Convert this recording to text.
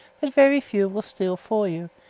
but very few will steal for you,